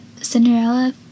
Cinderella